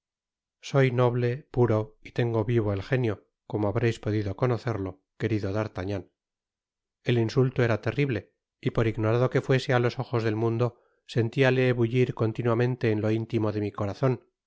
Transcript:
soy noble puro y tengo vivo el genio como habréis podido conocerlo querido d'artagnan el insulto era terrible y por ignorado que fuese á los ojos del mundo sentiale bullir continuamente en lo intimo de mi corazon